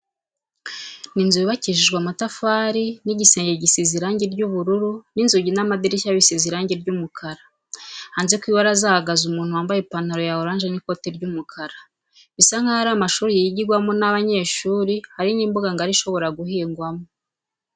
Ni inzu yubakishijwe amatafari n'igisenge gisize irange ry'ubururu n'inzugi n'amadirishya bisize irange ry'umukara. Hanze ku ibaraza hahagaze umuntu wambaye ipanaro ya oranje n'ikote ry'umukara, bisa nkaho ari amashuri yigigwamo n'abanyeshuri, hari n'imbuga ngari ishobora guhingwamo.